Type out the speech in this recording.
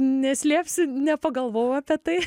neslėpsiu nepagalvojau apie tai